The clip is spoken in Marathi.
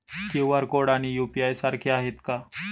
क्यू.आर कोड आणि यू.पी.आय सारखे आहेत का?